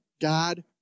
God